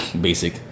Basic